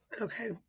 Okay